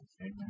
Amen